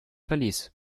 verlies